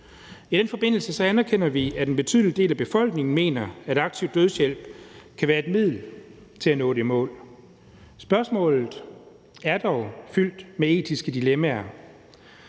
I den forbindelse anerkender vi, at en betydelig del af befolkningen mener, at aktiv dødshjælp kan være et middel til at nå det mål. Spørgsmålet er dog fyldt med etiske dilemmaer,